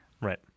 Right